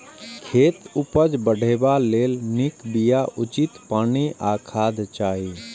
खेतक उपज बढ़ेबा लेल नीक बिया, उचित पानि आ खाद चाही